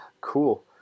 Cool